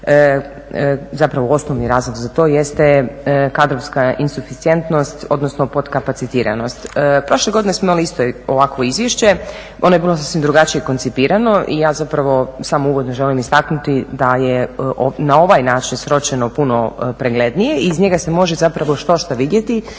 zapravo osnovni razlog za to jeste kadrovska …, odnosno potkapacitiranost. Prošle godine smo imali isto ovakvo izvješće, ono je bilo sasvim drugačije koncipirano i ja zapravo samo uvodno želim istaknuti da je na ovaj način sročeno puno preglednije i iz njega se može zapravo štošta vidjeti